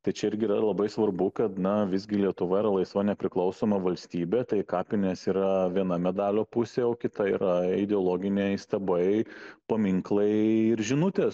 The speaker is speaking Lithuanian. tai čia irgi yra labai svarbu kad na visgi lietuva yra laisva nepriklausoma valstybė tai kapinės yra viena medalio pusė o kita yra ideologiniai stabai paminklai ir žinutės